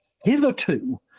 hitherto